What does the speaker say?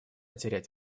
терять